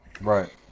Right